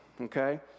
okay